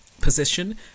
position